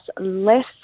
less